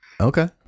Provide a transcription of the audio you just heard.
okay